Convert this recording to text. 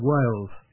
Wales